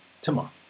tomorrow